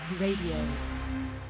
radio